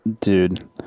dude